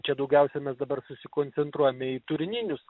čia daugiausiai mes dabar susikoncentruojame į turininius